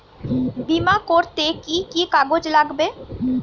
বিমা করতে কি কি কাগজ লাগবে?